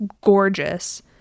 gorgeous